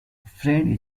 friend